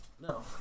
No